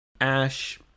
Ash